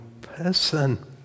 person